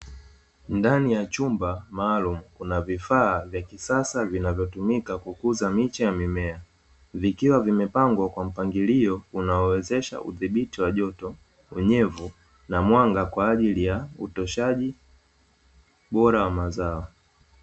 Ndani ya chumba maalumu kuna vifaa vya kisasa vinavyotumika kukuza miche ya mimea, vikiwa vimepangwa kwa mpangilio unaowezesha udhibiti wa joto, unyevu, na mwanga kwaajili ya utoshaji bora wa mazao.